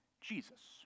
Jesus